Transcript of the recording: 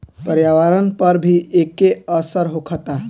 पर्यावरण पर भी एके असर होखता